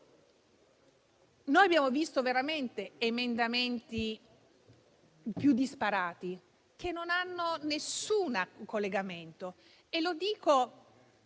Noi abbiamo visto veramente gli emendamenti più disparati, che non hanno nessun collegamento, e lo dico